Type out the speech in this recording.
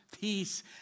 peace